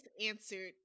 answered